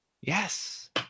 yes